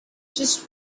just